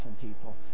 people